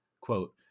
Quote